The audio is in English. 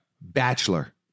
Bachelor